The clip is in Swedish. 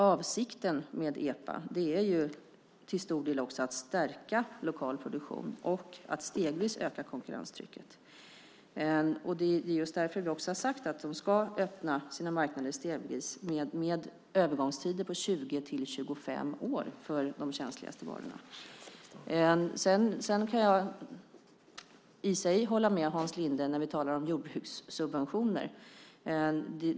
Avsikten med EPA är till stor del att stärka lokal produktion och att stegvis öka konkurrenstrycket. Det är just därför vi har sagt att de ska öppna sina marknader stegvis med övergångstider på 20-25 år för de känsligaste varorna. Jag kan i sig hålla med Hans Linde när vi talar om jordbrukssubventioner.